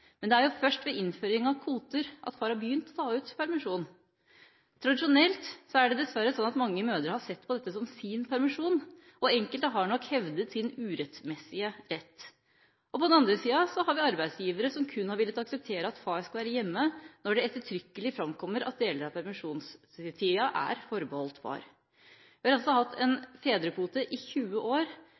men det er jo først ved innføring av kvoter at far har begynt å ta ut permisjon. Tradisjonelt er det dessverre slik at mange mødre har sett på dette som sin permisjon – og enkelte har nok hevdet sin urettmessige rett. På den andre sida har vi arbeidsgivere som kun har villet akseptere at far skal være hjemme når det ettertrykkelig framkommer at deler av permisjonstida er forbeholdt far. Vi har altså hatt en fedrekvote i 20 år.